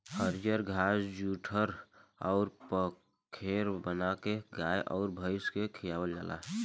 हरिअर घास जुठहर अउर पखेव बाना के गाय अउर भइस के खियावल जाला